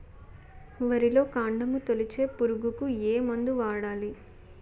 వరిలో కాండము తొలిచే పురుగుకు ఏ మందు వాడాలి?